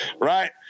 Right